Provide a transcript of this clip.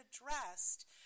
addressed